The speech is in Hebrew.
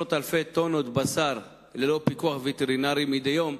עשרות אלפי טונות בשר ללא פיקוח וטרינרי מדי יום.